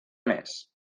més